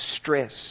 stress